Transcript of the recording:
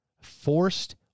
Forced